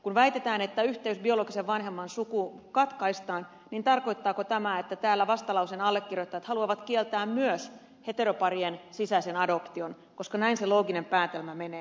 kun väitetään että yhteys biologisen vanhemman sukuun katkaistaan niin tarkoittaako tämä että täällä vastalauseen allekirjoittajat haluavat kieltää myös heteroparien sisäisen adoption koska näin se looginen päätelmä menee